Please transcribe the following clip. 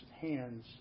hands